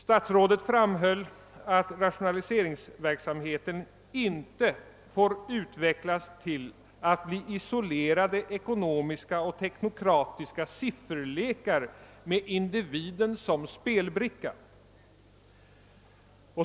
Statsrådet framhöll att rationaliseringsverksamheten inte får utvecklas till att bli isolerade ekonomiska och teknokratiska sifferlekar med individen som spelbricka.